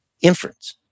inference